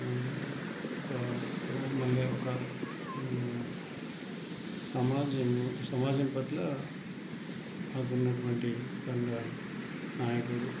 అలాగే ఒక అలాగే మళ్ళీ ఒక సమాజములో సమాజంపట్ల మాకు ఉన్నటువంటి సంఘ నాయకుడు